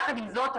יחד עם זאת,